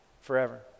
forever